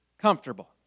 comfortable